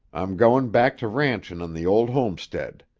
i'm goin' back to ranchin' on the old homestead.